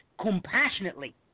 compassionately